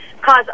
cause